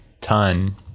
ton